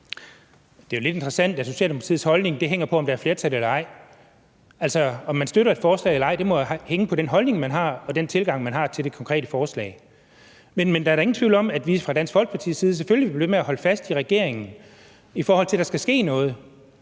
Det er jo lidt interessant, at Socialdemokratiets holdning hænger på, om der er flertal eller ej. Altså, om man støtter et forslag eller ej, må da hænge på den holdning, man har, og den tilgang, man har til det konkrete forslag. Men der er da ingen tvivl om, at vi fra Dansk Folkepartis side selvfølgelig vil blive ved med at holde fast i regeringen, for at der skal ske noget,